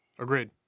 Agreed